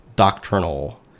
doctrinal